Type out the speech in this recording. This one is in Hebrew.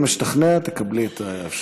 אם אשתכנע, תקבלי את האפשרות.